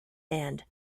and